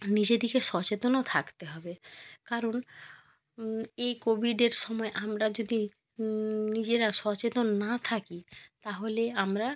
নিজেদেরকে সচেতনও থাকতে হবে কারণ এই কোভিডের সময় আমরা যদি নিজেরা সচেতন না থাকি তাহলে আমরা